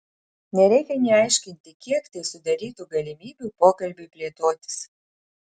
nereikia nė aiškinti kiek tai sudarytų galimybių pokalbiui plėtotis